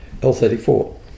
L34